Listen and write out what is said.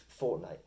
fortnite